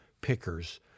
pickers